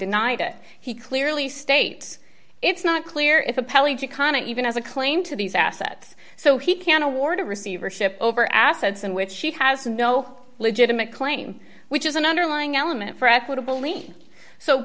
denied it he clearly states it's not clear if a pellicano even has a claim to these assets so he can award a receivership over assets in which she has no legitimate claim which is an underlying element for equitable ie so